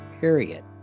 period